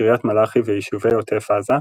קריית מלאכי ויישובי עוטף עזה,